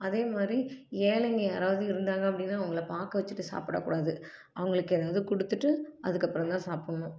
அதேமாதிரி ஏழைங்க யாராவது இருந்தாங்க அப்படின்னா அவங்கள பார்க்க வச்சுட்டு சாப்பிடக்கூடாது அவங்களுக்கு எதாவது கொடுத்துட்டு அதுக்கப்புறம் தான் சாப்பிட்ணும்